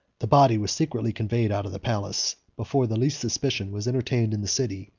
the body was secretly conveyed out of the palace, before the least suspicion was entertained in the city,